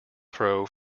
throw